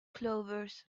clovers